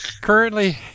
Currently